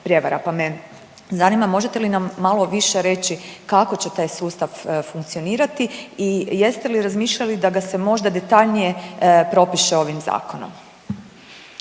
pa me zanima možete li nam malo više reći kako će taj sustav funkcionirati i jeste li razmišljali da ga se možda detaljnije propiše ovim zakonom?